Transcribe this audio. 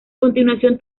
continuación